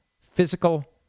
physical